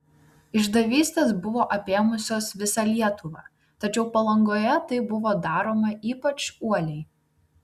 išdavystės buvo apėmusios visą lietuvą tačiau palangoje tai buvo daroma ypač uoliai